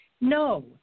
No